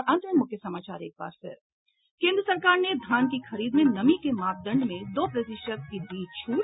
और अब अंत में मुख्य समाचार केन्द्र सरकार ने धान की खरीद में नमी के मापदंड में दो प्रतिशत की दी छूट